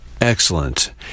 Excellent